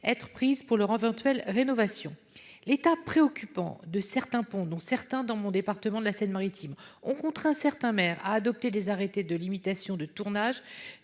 être prises pour mener à bien leur éventuelle rénovation. L'état préoccupant de certains ponts, notamment dans mon département, la Seine-Maritime, a contraint certains maires à adopter des arrêtés de limitation du tonnage,